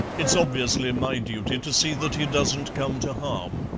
it's obviously my duty to see that he doesn't come to harm.